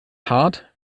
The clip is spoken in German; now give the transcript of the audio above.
hart